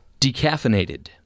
Decaffeinated